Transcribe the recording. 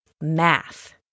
math